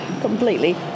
completely